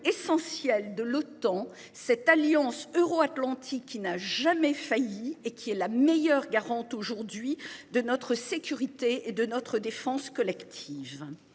essentiel de l'OTAN. Cette alliance euro-Atlantique qui n'a jamais failli et qui est la meilleure garante aujourd'hui de notre sécurité de notre défense collective.